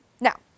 Now